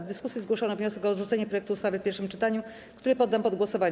W dyskusji zgłoszono wniosek o odrzucenie projektu ustawy w pierwszym czytaniu, który poddam pod głosowanie.